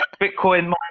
Bitcoin